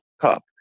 cup